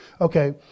Okay